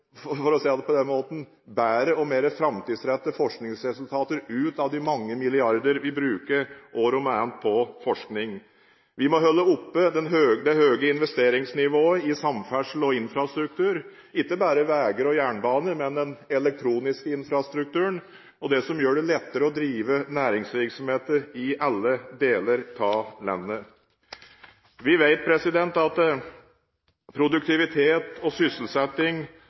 bedre og mer framtidsrettede forskningsresultater ut av de mange milliardene vi år om annet bruker på forskning. Vi må holde oppe det høye investeringsnivået i samferdsel og infrastruktur, ikke bare på veier og jernbane, men også på den elektroniske infrastrukturen og det som gjør det lettere å drive næringsvirksomhet i alle deler av landet. Vi vet at produktivitet og sysselsetting